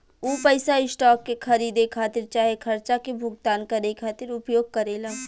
उ पइसा स्टॉक के खरीदे खातिर चाहे खर्चा के भुगतान करे खातिर उपयोग करेला